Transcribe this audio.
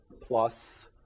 plus